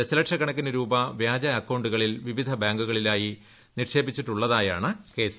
ദശലക്ഷക്കണക്കിനു രൂപ വൃാജ അക്കൌണ്ടുകളിൽ വിവിധ ബാങ്കുകളിലായി നിക്ഷേപിച്ചിട്ടുള്ളതായാണ് കേസ്